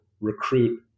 recruit